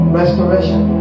restoration